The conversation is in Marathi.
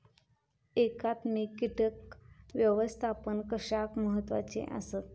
एकात्मिक कीटक व्यवस्थापन कशाक महत्वाचे आसत?